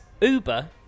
Uber